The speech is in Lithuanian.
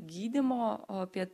gydymo o apie